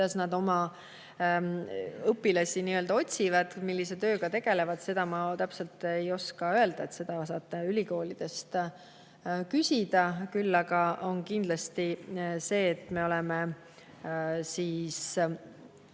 Kuidas nad oma õpilasi otsivad, millise tööga tegelevad, seda ma täpselt ei oska öelda, seda saate ülikoolidest küsida. Küll aga on kindlasti see, et me oleme